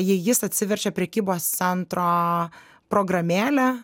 jei jis atsiverčia prekybos centro programėlę